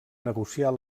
negociar